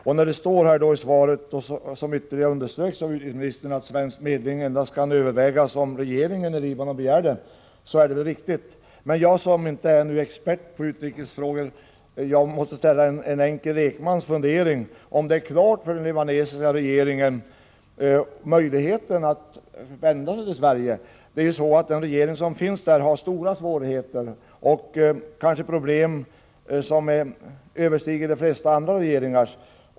Det är väl riktigt, det som sägs i svaret och som ytterligare underströks av utrikesministern, att ”Svensk medling kan endast övervägas om Libanons regering begär en sådan.” Men jag, som nu inte är expert på utrikesfrågor, måste som lekman få ställa mig frågan om den libanesiska regeringen har klart för sig möjligheten att vända sig till Sverige. Den regering som finns i Libanon har stora svårigheter och problem som kanske överstiger de flesta andra regeringars.